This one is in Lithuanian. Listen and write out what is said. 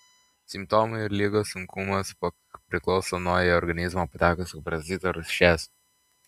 simptomai ir ligos sunkumas priklauso nuo į organizmą patekusio parazito rūšies